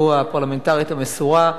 מכירה את עבודתו הפרלמנטרית המסורה,